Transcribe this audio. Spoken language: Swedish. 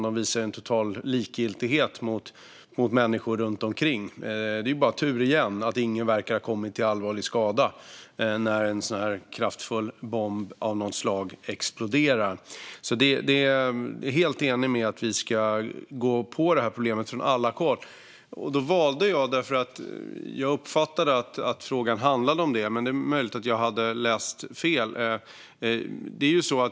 De visar en total likgiltighet mot människor runt omkring. Det är bara tur igen att ingen verkar ha kommit till allvarlig skada när en sådan kraftfull bomb av något slag exploderar. Jag är helt enig om att vi ska gå på problemet från alla håll. Jag uppfattade att frågan handlade om det, men det är möjligt att jag hade läst fel.